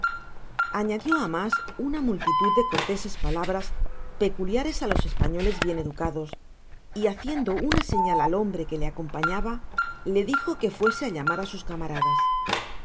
añadio á mas una multitud de corteses palabras peculiares á los españoles bien educados y haciendo una señal al hombre que le acompañaba le dijo que fuese á llamar á sus camaradas